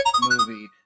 movie